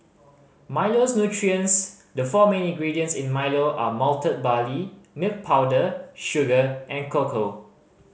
Milo's nutrients the four main ingredients in Milo are malted barley milk powder sugar and cocoa